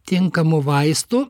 tinkamų vaistų